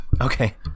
Okay